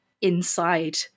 inside